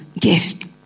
gift